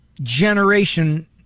generation